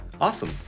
awesome